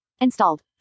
Installed